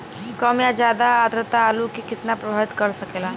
कम या ज्यादा आद्रता आलू के कितना प्रभावित कर सकेला?